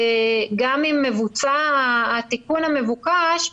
גם אם מבוצע התיקון המבוקש,